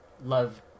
love